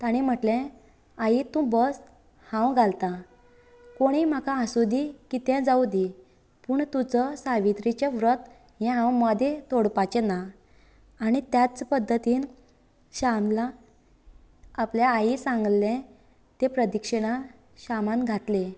ताणे म्हटले आई तूं बस हांव घालतां कोणी म्हाका हांसुदी कितें जावंदी पूण तुजो सावित्रीचे व्रत हे हांव मदें तोडपाचे ना आनी त्याच पद्दतीन श्यामला आपल्या आई सांगले तें प्रदिक्षीणां श्यामान घातली